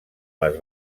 les